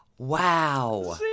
Wow